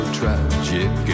tragic